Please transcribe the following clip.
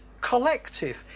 collective